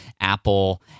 Apple